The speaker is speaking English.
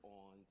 on